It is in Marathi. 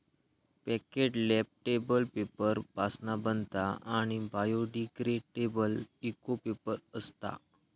पॅकेट प्लॅटेबल पेपर पासना बनता आणि बायोडिग्रेडेबल इको पेपर असता